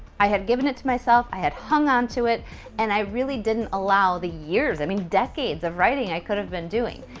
i had given it to myself, i had hung onto it and i really didn't allow the years, i mean, decades of writing i could have been doing.